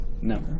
No